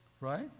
Right